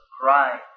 Cry